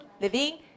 Living